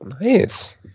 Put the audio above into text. Nice